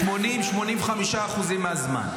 80% 85% מהזמן.